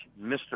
Mr